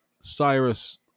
cyrus